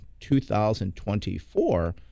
2024